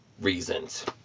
reasons